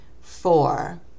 Four